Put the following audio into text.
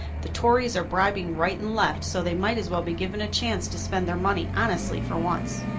the tories are bribing right and left, so they might as well be given a chance to spend their money honestly for once.